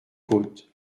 côtes